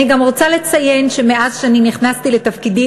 אני גם רוצה לציין שמאז נכנסתי לתפקידי,